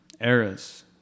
eras